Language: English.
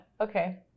Okay